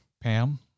Pam